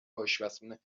آشپزخونه